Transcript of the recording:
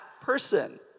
person